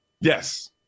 Yes